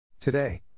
Today